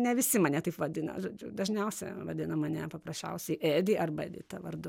ne visi mane taip vadina dažniausia vadina mane paprasčiausiai edi arba edita vardu